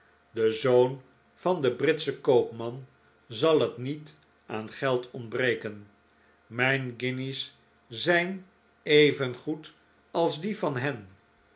den zoon van den britschen koopman zal het niet aan geld ontbreken mijn guinjes zijn evengoed als die van hen